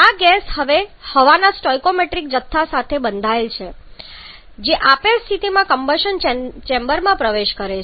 આ ગેસ હવે હવાના સ્ટોઇકિયોમેટ્રિક જથ્થા સાથે બંધાયેલ છે જે આપેલ સ્થિતિમાં કમ્બશન ચેમ્બરમાં પ્રવેશ કરે છે